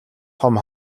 том